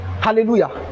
Hallelujah